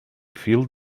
fil